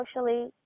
socially